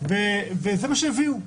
וזה מה שהביאו.